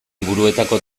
liburuetako